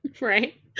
Right